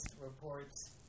reports